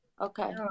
Okay